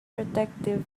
protective